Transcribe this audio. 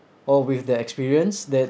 or with their experience that